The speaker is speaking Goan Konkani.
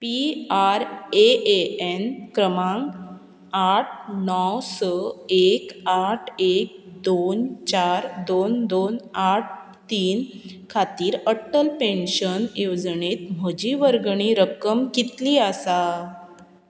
P R A A N क्रमांक आठ णव स एक आठ एक दोन चार दोन दोन आठ तीन खातीर अटल पेन्शन येवजणेंत म्हजी वर्गणी रक्कम कितली आसा